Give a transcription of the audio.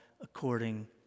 according